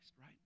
right